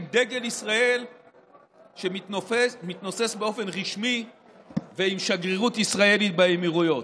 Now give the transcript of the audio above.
עם דגל ישראל שמתנוסס באופן רשמי ועם שגרירות ישראלית באמירויות.